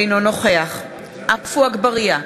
אינו נוכח עפו אגבאריה,